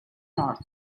north